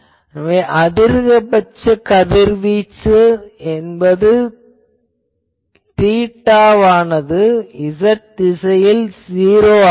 எனவே அதிகபட்ச கதிர்வீச்சு என்பது தீட்டாவானது z திசையில் '0' ஆகும்